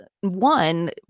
one